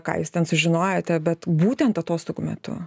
ką jūs ten sužinojote bet būtent atostogų metu